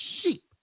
sheep